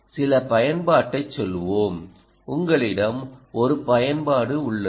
சில பயன்பாட்டைச் சொல்வோம்உங்களிடம் ஒரு பயன்பாடு உள்ளது